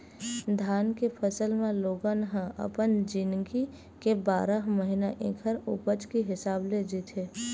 धान के फसल म लोगन ह अपन जिनगी के बारह महिना ऐखर उपज के हिसाब ले जीथे